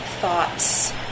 thoughts